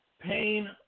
pain